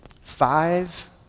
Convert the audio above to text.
Five